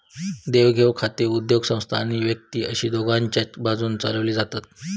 देवघेव खाती उद्योगसंस्था आणि व्यक्ती अशी दोघांच्याय बाजून चलवली जातत